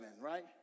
right